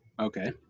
Okay